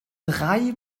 drei